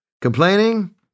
complaining